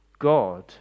God